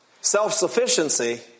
Self-sufficiency